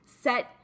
set